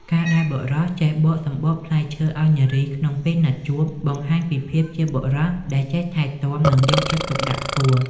ការដែលបុរសចេះបកសំបកផ្លែឈើឱ្យនារីក្នុងពេលណាត់ជួប បង្ហាញពីភាពជាបុរសដែលចេះថែទាំ និងយកចិត្តទុកដាក់ខ្ពស់។